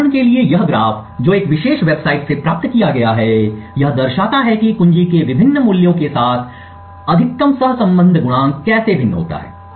उदाहरण के लिए यह ग्राफ जो इस विशेष वेबसाइट से प्राप्त किया गया है यह दर्शाता है कि कुंजी के विभिन्न मूल्यों के साथ अधिकतम सहसंबंध गुणांक कैसे भिन्न होता है